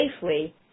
safely